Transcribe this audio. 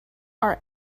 are